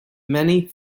many